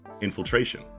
Infiltration